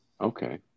Okay